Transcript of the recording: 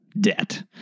debt